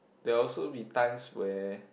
there will also be times where